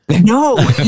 No